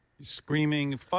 screaming